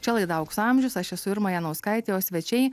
čia laida aukso amžius aš esu irma janauskaitė o svečiai